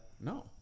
No